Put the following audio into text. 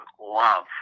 love